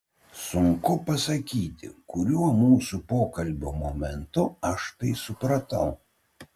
sunku pasakyti kuriuo mūsų pokalbio momentu aš tai supratau